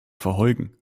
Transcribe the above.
verheugen